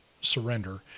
surrender